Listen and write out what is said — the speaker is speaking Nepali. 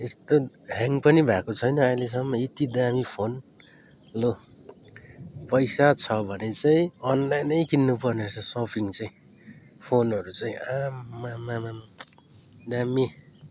यस्तो ह्याङ पनि भएको छैन अहिलेसम्म यति दामी फोन लु पैसा छ भने चाहिँ अनलाइन नै किन्नु पर्ने रहेछ सपिङ चाहिँ फोनहरू चाहिँ आम्मामामामा दामी